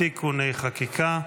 (תיקוני חקיקה),